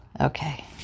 okay